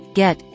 get